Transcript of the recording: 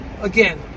Again